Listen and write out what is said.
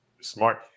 Smart